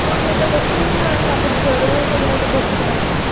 ହଁ ମୁଣ୍ଡ ବଥା ତା'ପରେ ଜର ଏଗୁଡ଼ାକ ଟେଷ୍ଟ କରାଯାଉଛି